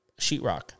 sheetrock